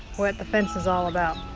what the fence is all about.